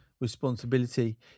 responsibility